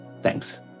Thanks